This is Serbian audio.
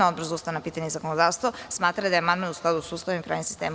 Odbor za ustavna pitanja i zakonodavstvo smatra da je amandman u skladu sa Ustavom i pravnim sistemom.